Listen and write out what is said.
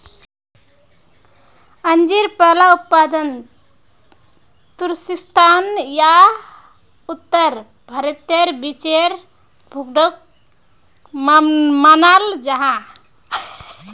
अंजीर पहला उत्पादन तुर्किस्तान या उत्तर भारतेर बीचेर भूखंडोक मानाल जाहा